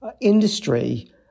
industry